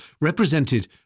represented